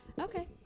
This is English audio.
Okay